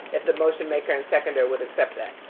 if the motion maker and seconder would accept that.